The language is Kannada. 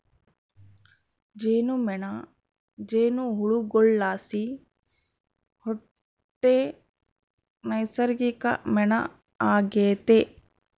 ಜೇನುಮೇಣ ಜೇನುಹುಳುಗುಳ್ಲಾಸಿ ಹುಟ್ಟೋ ನೈಸರ್ಗಿಕ ಮೇಣ ಆಗೆತೆ